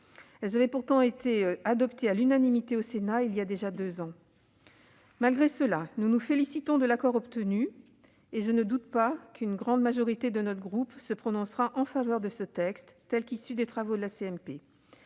Elles avaient pourtant été adoptées à l'unanimité au Sénat, il y a déjà deux ans. Malgré cela, nous nous félicitions de l'accord obtenu, et je ne doute pas qu'une grande majorité de notre groupe se prononcera en faveur de ce texte, dans la rédaction issue des travaux de la